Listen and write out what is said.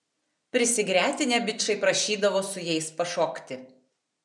prisigretinę bičai prašydavo su jais pašokti